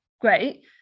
great